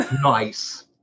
nice